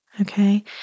Okay